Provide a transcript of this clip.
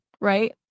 right